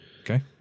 Okay